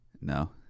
No